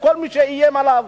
כל מי שאיים עליו.